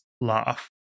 laugh